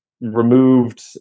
removed